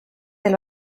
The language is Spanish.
del